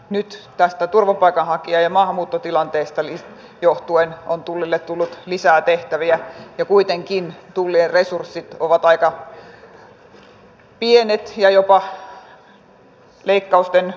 nyt tästä turvapaikanhakija ja maahanmuuttotilanteesta johtuen on tullille tullut lisää tehtäviä ja kuitenkin tullin resurssit ovat aika pienet ja jopa leikkausten uhkaamia